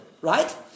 Right